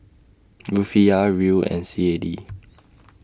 Rufiyaa Riel and C A D